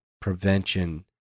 prevention